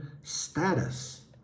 status